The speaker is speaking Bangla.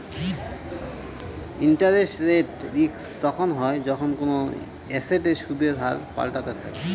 ইন্টারেস্ট রেট রিস্ক তখন হয় যখন কোনো এসেটের সুদের হার পাল্টাতে থাকে